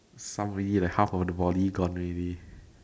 somebody like half of the body gone already